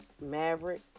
maverick